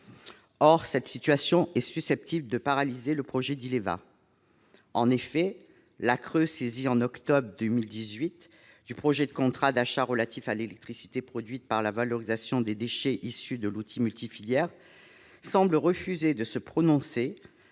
Or cette situation est susceptible de paralyser le projet d'Ileva. En effet, la Commission de régulation de l'énergie, la CRE, saisie en octobre 2018 du projet de contrat d'achat relatif à l'électricité produite par la valorisation des déchets issus de l'outil multifilières, semble refuser de se prononcer